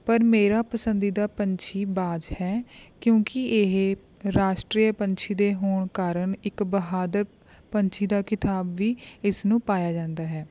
ਪਰ ਮੇਰਾ ਪਸੰਦੀਦਾ ਪੰਛੀ ਬਾਜ਼ ਹੈ ਕਿਉਂਕਿ ਇਹ ਰਾਸ਼ਟਰੀਏ ਪੰਛੀ ਦੇ ਹੋਣ ਕਾਰਨ ਇੱਕ ਬਹਾਦਰ ਪੰਛੀ ਦਾ ਖਿਤਾਬ ਵੀ ਇਸ ਨੂੰ ਪਾਇਆ ਜਾਂਦਾ ਹੈ